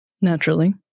Naturally